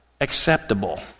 acceptable